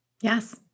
yes